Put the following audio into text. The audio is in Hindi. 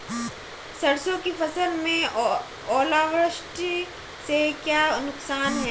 सरसों की फसल में ओलावृष्टि से क्या नुकसान है?